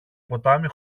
ποτάμι